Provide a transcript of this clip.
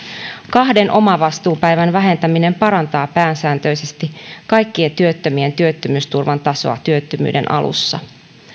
kahden omavastuupäivän vähentäminen parantaa pääsääntöisesti kaikkien työttömien työttömyysturvan tasoa työttömyyden alussa